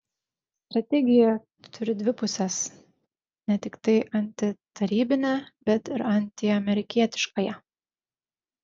strategija turi dvi puses ne tiktai antitarybinę bet ir antiamerikietiškąją